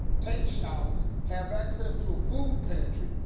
take showers, have access to a food pantry,